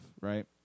right